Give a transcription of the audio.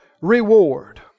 reward